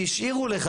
שהשאירו לך,